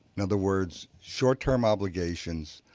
in other words, short term obligations,